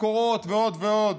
משכורות ועוד ועוד.